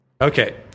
Okay